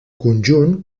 conjunt